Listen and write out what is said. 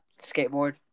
Skateboard